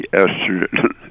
estrogen